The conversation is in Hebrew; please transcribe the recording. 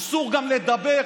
אסור גם לדבר,